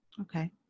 Okay